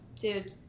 dude